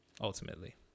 Ultimately